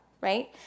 right